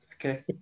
okay